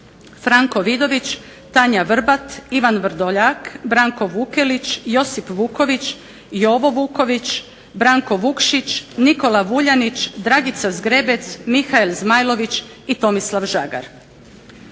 Franko Vidović, Tanja Vrbat, Ivan Vrdoljak, Branko Vukelić, Josip Vuković, Jovo Vuković, Branko Vukšić, Nikola Vuljanić, Dragica Zgrebec, Mihael Zmajlović i Tomislav Žagar.